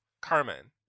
Carmen